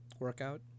workout